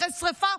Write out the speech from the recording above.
אחרי שרפה,